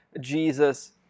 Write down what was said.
Jesus